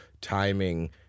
timing